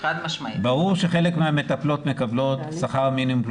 ברור שחלק מהמטפלות מקבלות שכר מינימום.